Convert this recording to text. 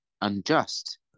unjust